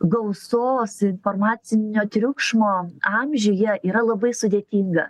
gausos informacinio triukšmo amžiuje yra labai sudėtinga